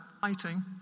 fighting